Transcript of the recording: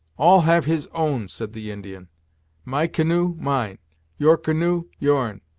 all have his own, said the indian my canoe, mine your canoe, your'n.